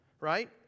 right